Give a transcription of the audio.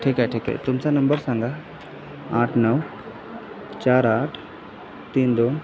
ठीक आहे ठीक आहे तुमचा नंबर सांगा आठ नऊ चार आठ तीन दोन